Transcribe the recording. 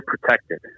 protected